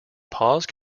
pause